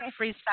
freestyle